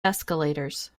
escalators